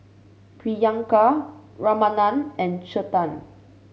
Priyanka Ramanand and Chetan